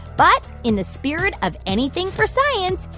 but in the spirit of anything for science,